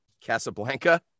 Casablanca